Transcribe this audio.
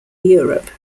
europe